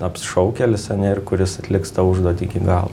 apsišaukėlis ane ir kuris atliks tą užduotį iki galo